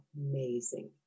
amazing